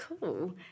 cool